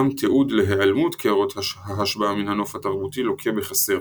גם תיעוד להיעלמות קערות ההשבעה מן הנוף התרבותי לוקה בחסר,